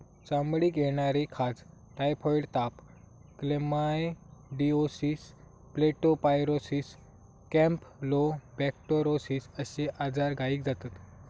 चामडीक येणारी खाज, टायफॉइड ताप, क्लेमायडीओसिस, लेप्टो स्पायरोसिस, कॅम्पलोबेक्टोरोसिस अश्ये आजार गायीक जातत